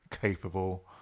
capable